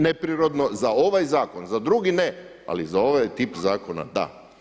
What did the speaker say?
Neprirodno za ovaj zakon, za drugi ne, ali za ovaj tip zakona da.